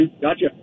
gotcha